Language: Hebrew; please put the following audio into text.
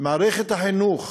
מערכת החינוך